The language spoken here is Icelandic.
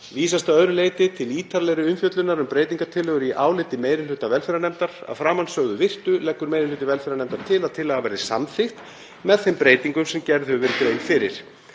Vísast að öðru leyti til ítarlegri umfjöllunar um breytingartillögur í áliti meiri hluta velferðarnefndar. Að framansögðu virtu leggur meiri hluti velferðarnefndar til að tillagan verði samþykkt með þeim breytingum sem fram koma í